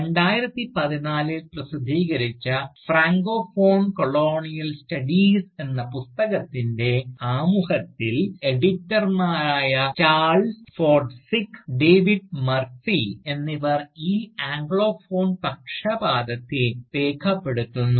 2014 ൽ പ്രസിദ്ധീകരിച്ച francophone postcolonial studies എന്ന പുസ്തകത്തിൻറെ ആമുഖത്തിൽ എഡിറ്റർമാരായ ചാൾസ് ഫോർസ്ഡിക്ക് ഡേവിഡ് മർഫി എന്നിവർ ഈ ആംഗ്ലോഫോൺ പക്ഷപാതത്തെ രേഖപ്പെടുത്തുന്നു